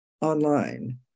online